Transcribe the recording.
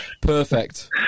Perfect